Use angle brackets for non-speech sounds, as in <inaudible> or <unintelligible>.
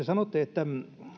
<unintelligible> sanotte että